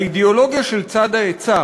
האידיאולוגיה של צד ההיצע,